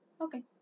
Okay